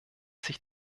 sich